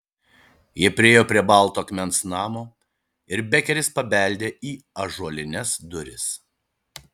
jie priėjo prie balto akmens namo ir bekeris pabeldė į ąžuolines duris